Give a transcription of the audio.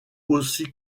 aussi